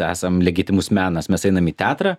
esam legitimūs menas mes einam į teatrą